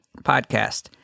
Podcast